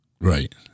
Right